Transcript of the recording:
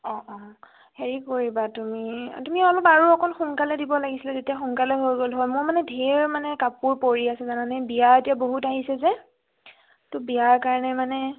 অঁ অঁ হেৰি কৰিবা তুমি তুমি অলপ আৰু অকণ সোনকালে দিব লাগিছিল তেতিয়া সোনকালে হৈ গ'ল হয় মই মানে ধেৰ মানে কাপোৰ পৰি আছে জানানে বিয়া এতিয়া বহুত আহিছে যে তো বিয়াৰ কাৰণে মানে